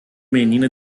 menina